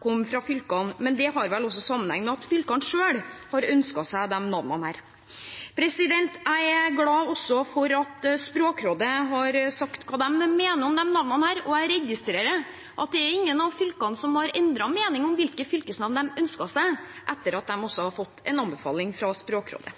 fra fylkene, men det har vel sammenheng med at fylkene selv har ønsket seg disse navnene. Jeg er også glad for at Språkrådet har sagt hva de mener om disse navnene, og jeg registrerer at ingen av fylkene har endret mening om hvilket fylkesnavn de ønsker seg, etter at de har fått en anbefaling fra Språkrådet.